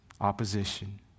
opposition